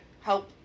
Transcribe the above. help